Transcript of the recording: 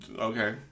Okay